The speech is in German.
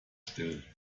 still